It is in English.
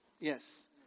Yes